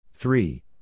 Three